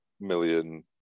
million